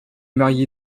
marié